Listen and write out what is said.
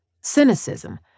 cynicism